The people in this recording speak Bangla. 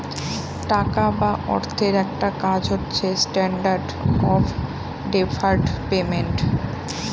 টাকা বা অর্থের একটা কাজ হচ্ছে স্ট্যান্ডার্ড অফ ডেফার্ড পেমেন্ট